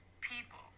people